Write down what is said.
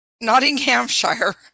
Nottinghamshire